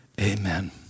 Amen